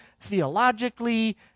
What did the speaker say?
theologically